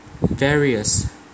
various